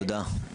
תודה, תודה.